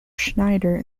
schneider